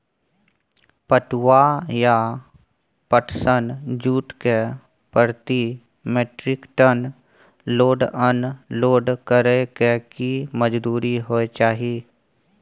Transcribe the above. पटुआ या पटसन, जूट के प्रति metric tonne load unload करै के की मजदूरी होय चाही?